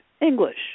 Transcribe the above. English